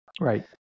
right